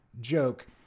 joke